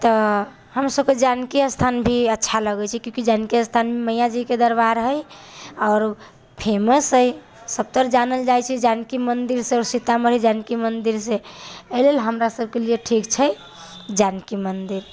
तऽ हमसबके जानकी स्थान भी अच्छा लगै छै क्योंकि जानकी स्थानमे मैया जीके दरबार हइ आओर फेमस हइ सबतरि जानल जाइ छै जानकी मन्दिरसँ सीतामढ़ी जानकी मन्दिरसँ एहि लेल हमरासभके लिए ठीक छै जानकी मन्दिर